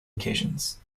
occasions